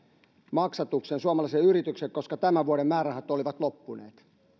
maksatuksen suomalaisille yritykselle koska tämän vuoden määrärahat olivat loppuneet